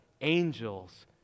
angels